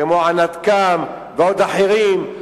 כמו ענת קם ועוד אחרים,